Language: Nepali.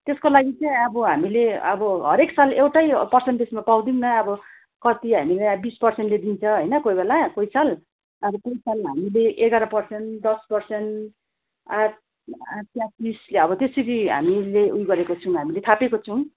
त्यसको लागि चाहिँ अब हामीले अब हरेक साल एउटै पर्सेनटेजमा पाउँदैनौँ अब कति हामीलाई बिस पर्सेन्टले दिन्छ कोही बेला कोही साल अब कोही साल हामीले एघार पर्सेन्ट दस पर्सेन्ट आठ पर्सेन्ट त्यसरी हामी उयो गरेको छौँ हामीले थापेको छौँ